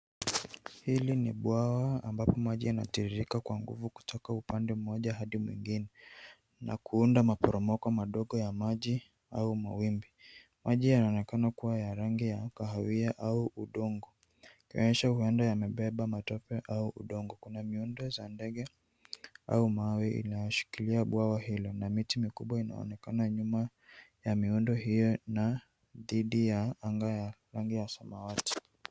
Hili ni bwawa ambapo maji yanatiririka kwa nguvu kutoka upande mmoja hadi mwingine, na kuunda maporomoka madogo ya maji au mawimbi. Maji yanaonekana kua ya rangi ya kahawia au udongo, yanaonyesha kua huenda yamebeba matope au udongo. Kuna miundo za ndege au mawe inayoshikilia bwawa hilo, na miti mikubwa inaonekana nyuma ya miundo hio na dhidi ya anga ya samawati.